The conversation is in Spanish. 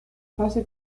fase